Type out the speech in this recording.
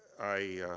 i